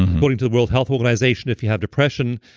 according to the world health organization, if you have depression,